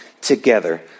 Together